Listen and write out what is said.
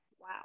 Wow